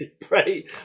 pray